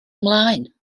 ymlaen